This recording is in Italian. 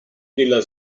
della